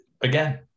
again